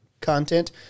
content